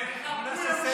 תתחבקו, יא מושחתים.